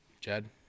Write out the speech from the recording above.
Jed